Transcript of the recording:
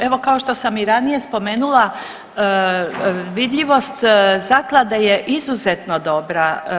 Evo, kao što sam i ranije spomenula, vidljivost Zaklade je izuzetno dobra.